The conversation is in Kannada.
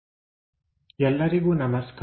ಆರ್ಥೋಗ್ರಫಿಕ್ ಪ್ರೊಜೆಕ್ಷನ್ I ಭಾಗ 3 ಎಲ್ಲರಿಗೂ ನಮಸ್ಕಾರ